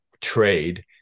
trade